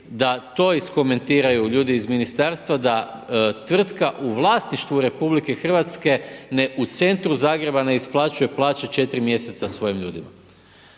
da to iskomentraju ljudi iz ministarstva, da tvrtka u vlasništvu RH ne u centru Zagrebu ne isplaćuje plaće 4 mj. svojim ljudima.